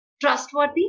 trustworthy